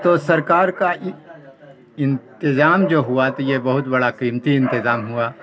تو سرکار کا انتظام جو ہوا تو یہ بہت بڑا قیمتی انتظام ہوا